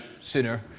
sooner